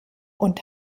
und